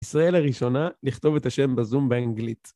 ישראל הראשונה, לכתוב את השם בזום באנגלית.